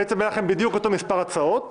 בעצם היו לכם אותו מספר הצעות.